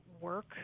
work